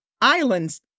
islands